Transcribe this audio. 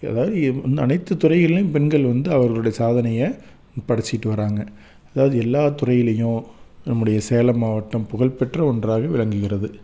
எதாவது எந் வந்து அனைத்து துறைகள்லையும் பெண்கள் வந்து அவர்களுடைய சாதனைய படச்சிக்கிட்டு வர்றாங்க அதாவது எல்லா துறையிலையும் நம்முடைய சேலம் மாவட்டம் புகழ்பெற்ற ஒன்றாக விளங்கிறது